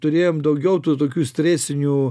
turėjom daugiau tų tokių stresinių